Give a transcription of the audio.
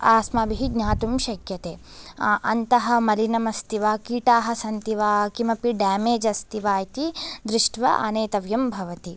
आस्माभिः ज्ञातुं शक्यते अ अन्तः मलिनमस्ति वा कीटाः सन्ति वा किमपि डेमेज् अस्ति वा इति दृष्ट्वा आनेतव्यं भवति